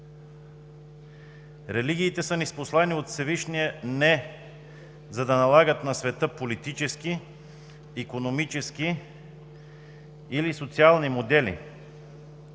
Религиите са ни с послание от Всевишния не за да налагат на света политически, икономически или социални модели,